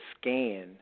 scan